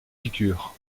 piqûres